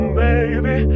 baby